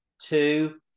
two